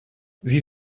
sie